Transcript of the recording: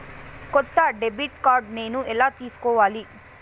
కొత్త debit card నేను ఎలా తీసుకోవాలి?